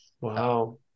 wow